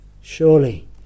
surely